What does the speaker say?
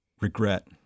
regret